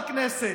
כמו הכנסת,